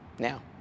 now